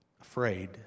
afraid